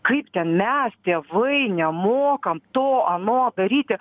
kaip ten mes tėvai nemokam to ano daryti